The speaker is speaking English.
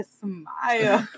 smile